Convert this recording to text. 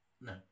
no